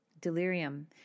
Delirium